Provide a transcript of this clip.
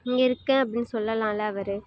இங்கே இருக்கேன் அப்படினு சொல்லலாம்ல அவர்